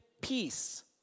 peace